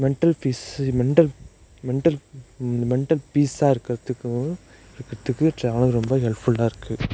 mental peace mental mental mental பீஸாக இருக்கிறத்துக்கும் இருக்கிறத்துக்கு ட்ராவல் ரொம்ப ஹெல்ப்ஃபுல்லாக இருக்கு